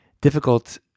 difficult